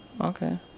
Okay